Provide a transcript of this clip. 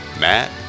Matt